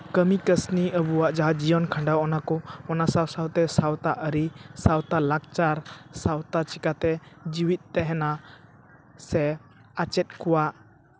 ᱠᱟᱹᱢᱤ ᱠᱟᱹᱥᱱᱤ ᱟᱵᱚᱣᱟᱜ ᱡᱟᱦᱟᱸ ᱡᱤᱭᱚᱱ ᱠᱷᱟᱸᱰᱟᱣ ᱚᱱᱟ ᱠᱚ ᱚᱱᱟ ᱥᱟᱶ ᱥᱟᱶᱛᱮ ᱥᱟᱶᱛᱟ ᱟᱹᱨᱤ ᱥᱟᱶᱛᱟ ᱞᱟᱠᱪᱟᱨ ᱥᱟᱶᱛᱟ ᱪᱤᱠᱟᱛᱮ ᱡᱮᱣᱭᱮᱫ ᱛᱟᱦᱮᱱᱟ ᱥᱮ ᱟᱪᱮᱫ ᱠᱚᱣᱟᱜ